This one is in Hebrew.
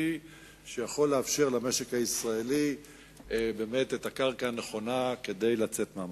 שיכול לתת למשק הישראלי את הקרקע הנכונה כדי לצאת מהמשבר.